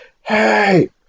hey